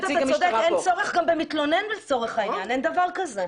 אין צורך גם במתלונן לצורך העניין, אין דבר כזה.